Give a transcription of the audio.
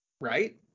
Right